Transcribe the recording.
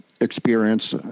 experience